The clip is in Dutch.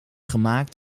gemaakt